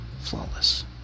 Flawless